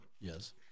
Yes